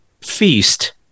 feast